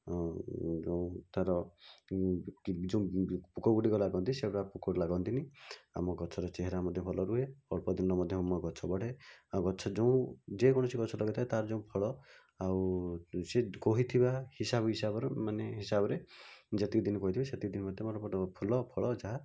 ଯୋଉଁ ତା'ର ଯେଉଁ ପୋକଗୁଡ଼ିକ ଲାଗନ୍ତି ସେଗୁଡ଼ା ପୋକ ଲାଗନ୍ତିନି ଆମ ଗଛର ଚେହେରା ମଧ୍ୟ ଭଲ ରୁହେ ଅଳ୍ପ ଦିନେ ମଧ୍ୟ ମୋ ଗଛ ବଢ଼େ ଆଉ ଗଛ ଯେଉଁ ଯେକୌଣସି ଗଛ ଲଗେଇଥାଏ ତା'ର ଯେଉଁ ଫଳ ଆଉ ସେ କହିଥିବା ହିସାବ ହିସାବର ମାନେ ହିସାବରେ ଯେତିକି ଦିନ କହିଥିବେ ସେତିକି ଦିନ ଭିତରେ ମୋର ଫୁଲ ଫଳ ଯାହା